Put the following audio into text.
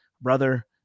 brother